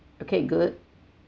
okay good